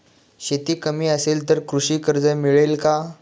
शेती कमी असेल तर कृषी कर्ज मिळेल का?